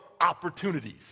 opportunities